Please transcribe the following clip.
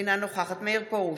אינה נוכחת מאיר פרוש,